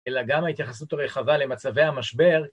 אלא גם ההתייחסות הרחבה למצבי המשבר